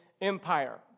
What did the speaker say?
Empire